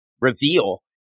reveal